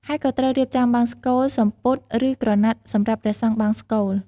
ហើយក៏ត្រូវរៀបចំបង្សុកូល សំពត់ ឬក្រណាត់សម្រាប់ព្រះសង្ឃបង្សុកូល។